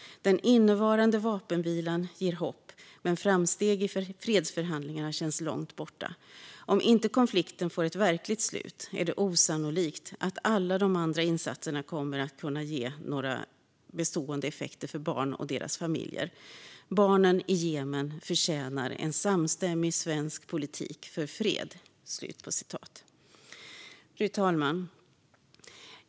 Den innevarande vapenvilan ger hopp men framsteg i fredsförhandlingarna känns långt borta. Om inte konflikten får ett verkligt slut är det osannolikt att alla de andra insatserna kommer att kunna ge några bestående effekter för barn och deras familjer. Barnen i Jemen förtjänar en samstämmig svensk politik för fred." Fru talman!